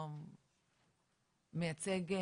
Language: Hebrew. מייצג,